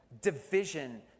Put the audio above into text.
division